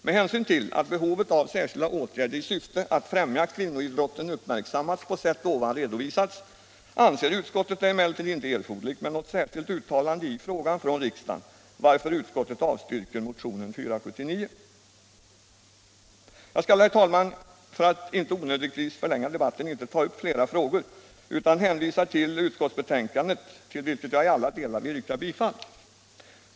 Med hänsyn till att behovet av särskilda åtgärder i syfte att främja kvinnoidrotten uppmärksammats på sätt här redovisats, anser utskottet det emellertid inte erforderligt med något särskilt uttalande i frågan från riksdagen, varför utskottet avstyrker motionen 479. Herr talman! Jag skall — för att inte onödigtvis förlänga debatten — inte ta upp fler frågor utan hänvisar till utskottsbetänkandet, till vilket jag i alla delar vill yrka bifall.